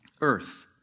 earth